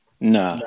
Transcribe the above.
No